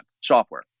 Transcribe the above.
software